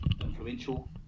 influential